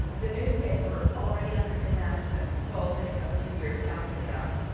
the newspaper already under new management folded a few years after that